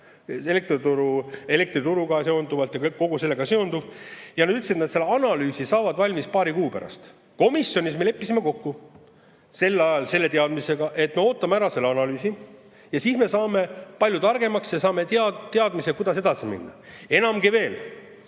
elektrituru ja kogu sellega seonduva kohta, ja nad ütlesid, et nad saavad selle analüüsi valmis paari kuu pärast. Komisjonis me leppisime kokku sel ajal selle teadmisega, et me ootame ära selle analüüsi ja siis me saame palju targemaks ja saame teadmise, kuidas edasi minna. Enamgi veel,